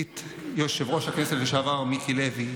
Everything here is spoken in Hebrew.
יושב-ראש הכנסת לשעבר מיקי לוי,